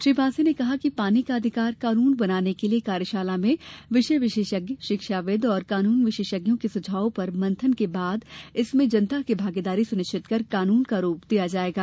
श्री पांसे ने कहा कि पानी का अधिकार कानून बनाने के लिये कार्यशाला में विषय विशेषज्ञ शिक्षाविद् और कानून विशेषज्ञों के सुझावों पर मंथन के बाद इसमें जनता की भागीदारी सुनिश्चित कर कानून का रूप दिया जा जायेगा